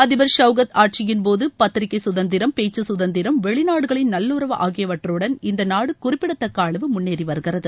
அதிபர் ஷவ்கத் ஆட்சியின்போது பத்திரிகை கதந்திரம் பேச்சு கதந்திரம் வெளிநாடுகளின் நல்லுறவு ஆகியவற்றடன் இந்த நாடு குறிப்பிடத்தக்க அளவு முன்னேறி வருகிறது